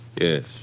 Yes